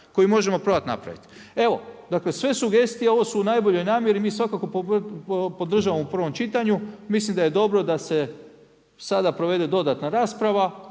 koji možemo probati napraviti. Evo sve sugestije one su u najboljoj namjeri, mi svakako podržavamo u prvom čitanju. Mislim da je dobro da se sada provede dodatna rasprava,